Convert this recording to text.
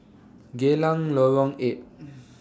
Geylang Lorong eight